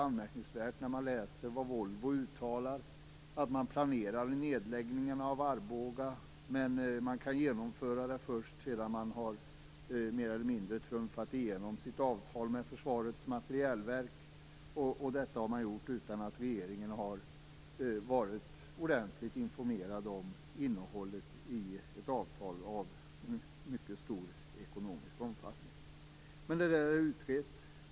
Anmärkningsvärt är också Volvos uttalande att man planerar nedläggningen av Arboga men att man kan genomföra den först sedan man mer eller mindre har trumfat igenom sitt avtal med Försvarets materielverk. Detta har man gjort utan att regeringen har varit ordentligt informerad om innehållet i ett avtal av mycket stor ekonomisk omfattning. Men detta är utrett.